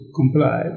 comply